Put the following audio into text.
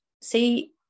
see